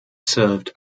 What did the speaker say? served